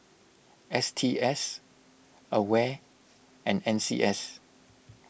S T S Aware and N C S